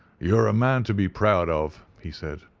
you're a man to be proud of, he said.